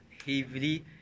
heavily